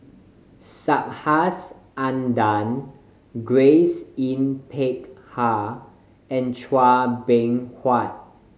Subhas Anandan Grace Yin Peck Ha and Chua Beng Huat